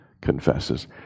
confesses